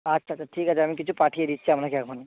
আচ্ছা আচ্ছা ঠিক আছে আমি কিছু পাঠিয়ে দিচ্ছি আপনাকে এখনই